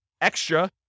extra